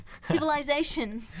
civilization